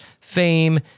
fame